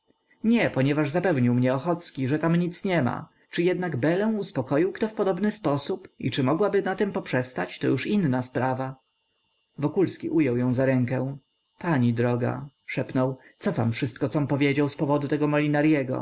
nie ponieważ zapewnił mnie ochocki że tam nic niema czy jednak belę uspokoił kto w podobny sposób i czy mogłaby na tem poprzestać to już inna sprawa wokulski ujął ją za rękę pani droga szepnął cofam wszystko com powiedział z powodu tego